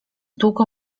długo